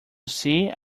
see